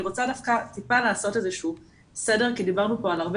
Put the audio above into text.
רוצה דווקא לעשות איזה שהוא סדר כי דיברנו פה על הרבה